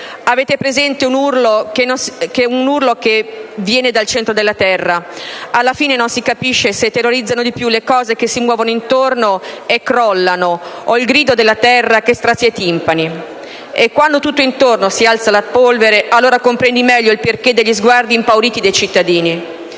Avete presente un urlo che viene dal centro della terra? Alla fine non si capisce se terrorizzano di più le cose che si muovono intorno e crollano o il grido della terra che strazia i timpani. E quando tutto intorno si alza la polvere, allora comprendi meglio il perché degli sguardi impauriti dei cittadini.